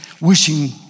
wishing